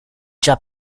già